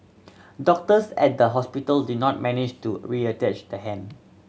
doctors at the hospital did not manage to reattach the hand